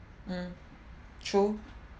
mm true